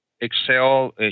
Excel